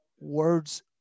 words